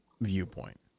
viewpoint